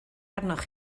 arnoch